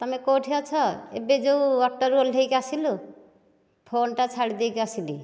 ତୁମେ କେଉଁଠି ଅଛ ଏବେ ଯେଉଁ ଅଟୋରୁ ଓହ୍ଲେଇକି ଆସିଲୁ ଫୋନ୍ଟା ଛାଡ଼ିଦେଇକି ଆସିଲି